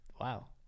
wow